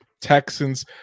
Texans